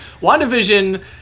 WandaVision